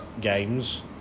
games